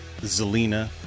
Zelina